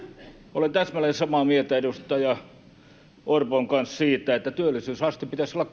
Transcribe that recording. olen täsmälleen samaa mieltä edustaja orpon kanssa siitä että työllisyysasteen pitäisi olla